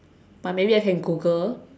but maybe I can Google